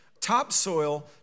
topsoil